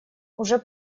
уже